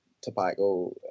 tobacco